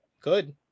Good